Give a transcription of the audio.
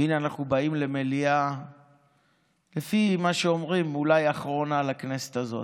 והינה אנחנו באים למליאה אולי אחרונה לכנסת הזאת,